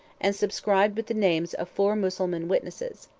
and subscribed with the names of four mussulman witnesses.